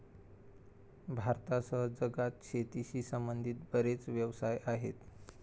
भारतासह जगात शेतीशी संबंधित बरेच व्यवसाय आहेत